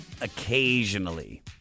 Occasionally